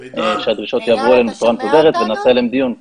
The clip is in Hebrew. שהדרישות יעברו אלינו בצורה מסודרת ונעשה עליהם דיון.